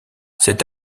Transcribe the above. cet